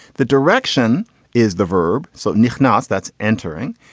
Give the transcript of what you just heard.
the direction is the verb. so nick not that's entering.